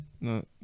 no